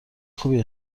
خوبی